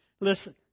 Listen